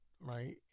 right